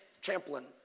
Champlin